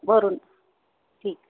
भरून ठीक